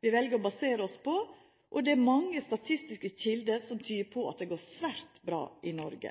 vi vel å basera oss på, og det er mange statistiske kjelder som tydar på at det går svært bra i Noreg.